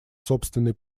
собственный